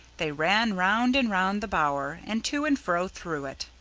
they ran round and round the bower, and to and fro through it,